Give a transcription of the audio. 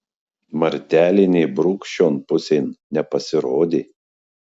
martelė nė brūkšt šion pusėn nepasirodė